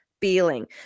feeling